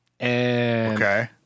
Okay